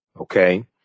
Okay